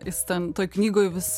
jis ten toj knygoj vis